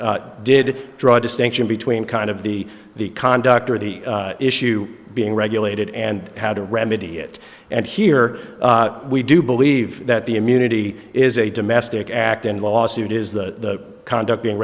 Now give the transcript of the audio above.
did draw a distinction between kind of the the conduct or the issue being regulated and how to remedy it and here we do believe that the immunity is a domestic act and lawsuit is the conduct being